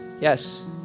yes